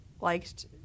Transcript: liked